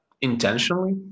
intentionally